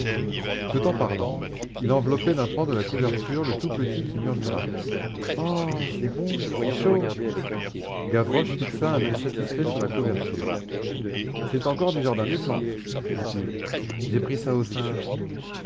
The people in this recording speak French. tout en parlant il enveloppait d'un pan de la couverture le tout petit qui murmura oh c'est bon c'est chaud gavroche fixa un oeil satisfait sur la couverture c'est encore du jardin des plantes dit-il j'ai pris ça aux singes